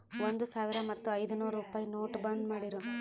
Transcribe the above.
ಒಂದ್ ಸಾವಿರ ಮತ್ತ ಐಯ್ದನೂರ್ ರುಪಾಯಿದು ನೋಟ್ ಬಂದ್ ಮಾಡಿರೂ